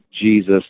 Jesus